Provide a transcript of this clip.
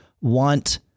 want